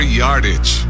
yardage